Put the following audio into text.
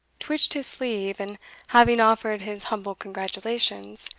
twitched his sleeve, and having offered his humble congratulations,